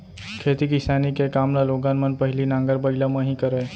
खेती किसानी के काम ल लोगन मन पहिली नांगर बइला म ही करय